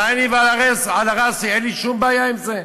עלא עיני ועלא ראסי, אין לי שום בעיה עם זה.